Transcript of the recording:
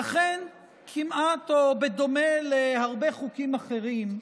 ואכן, כמעט, או בדומה להרבה חוקים אחרים,